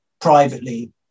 privately